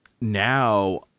now